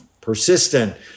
persistent